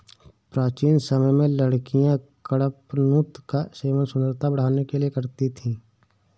प्राचीन समय में लड़कियां कडपनुत का सेवन सुंदरता बढ़ाने के लिए करती थी